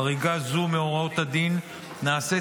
חריגה זו מהוראות הדין נעשית,